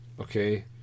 Okay